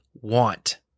want